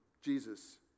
Jesus